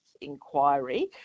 inquiry